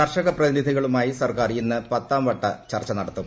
കർഷക പ്രതിനിധികള്ുമായി സർക്കാർ ഇന്ന് പത്താം വട്ട ചർച്ച ന് നടത്തും